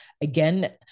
again